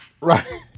Right